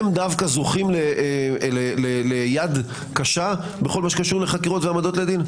הם דווקא זוכים ליד קשה בכל מה שקושר לחקירות והעמדות לדין?